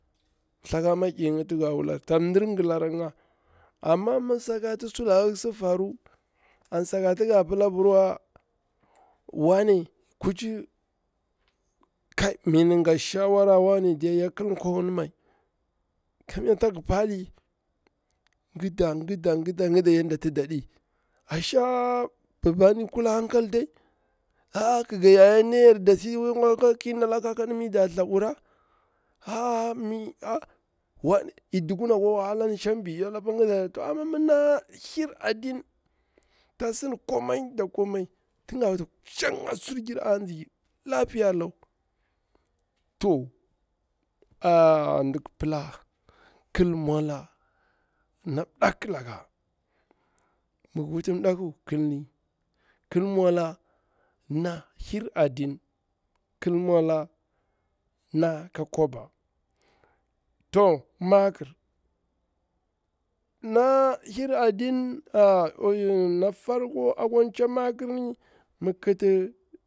Mthakar mikiyi nga tinga wukari, tsan mɗir gilaringa, amma mi sakati sulaka ƙi sifaru an sakati nga pila apirwa wanne kuchi kai mi in nga shawara wanne diya ya ƙil kwangin mai, kamnya tsak palingida gida yadda ti tsa ɗi, asha babari kula hankal dai a a ƙiga yayar ni yare desiwai ki nala ƙakadu mi nda thlabura, aa mi ani duku ana kwa wahalan shang bi yawal pa shang ƙida yaru, amma ni naƙi hir adin ta sin ko mai da komai, tin ga wuti shanga sur giri a nzi lapiya lau, to aa dik pila kil mwala na mdaklaka, mi gir wutini mɗaku kilni, kil mwala na hir adin, kil mwala naka kwaba to makir, na hir adin ah na farko akwa chang makir ni mikate.